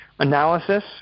analysis